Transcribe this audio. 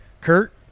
Kurt